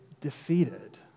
defeated